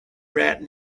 rat